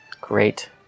Great